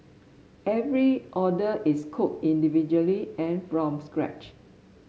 every order is cooked individually and from scratch